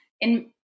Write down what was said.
in-